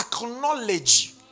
acknowledge